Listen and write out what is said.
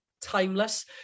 timeless